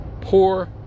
poor